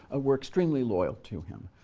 ah were extremely loyal to him.